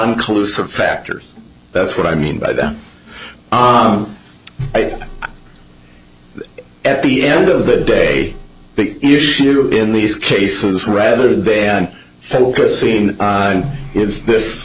collusive factors that's what i mean by that on at the end of the day big issue in these cases rather than focus seen is this